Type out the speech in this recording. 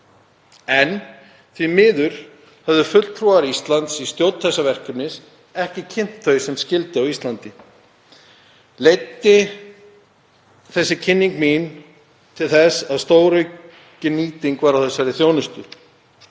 En því miður höfðu fulltrúar Íslands í stjórn þessa verkefnis ekki kynnt þau sem skyldi á Íslandi. Leiddi þessi kynning mín til þess að stóraukin nýting varð á þessari þjónustu.